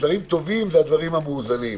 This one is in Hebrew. דברים טובים ודברים מאוזנים.